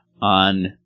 on